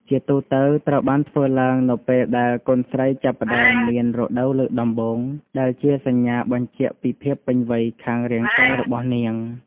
ជាទូទៅត្រូវបានធ្វើឡើងនៅពេលដែលកូនស្រីចាប់ផ្តើមមាន រដូវលើកដំបូង ដែលជាសញ្ញាបញ្ជាក់ពីភាពពេញវ័យខាងរាងកាយរបស់នាង។